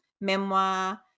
memoir